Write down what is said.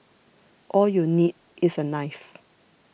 all you need is a knife